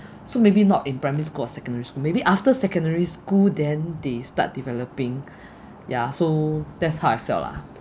so maybe not in primary school or secondary school maybe after secondary school then they start developing ya so that's how I felt lah